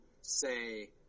say